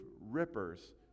rippers